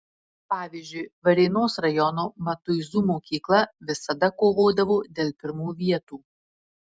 pavyzdžiui varėnos rajono matuizų mokykla visada kovodavo dėl pirmų vietų